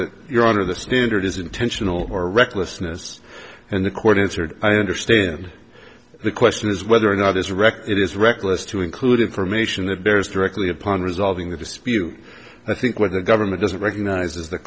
that your honor the standard is intentional or recklessness and the court answered i understand the question is whether or not this record it is reckless to include information that bears directly upon resolving the dispute i think what the government doesn't recognize is th